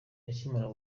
akimara